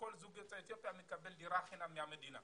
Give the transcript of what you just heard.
שכל זוג יוצא אתיופיה מקבל דירה חינם מהמדינה.